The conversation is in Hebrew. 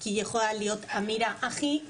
כי יכולה להיות אמירה הכי מינורית,